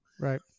Right